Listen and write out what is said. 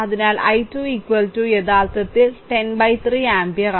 അതിനാൽ i2 യഥാർത്ഥത്തിൽ 103 ampere